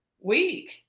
week